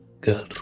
girl